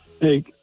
Hey